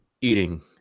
eating